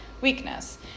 weakness